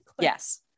Yes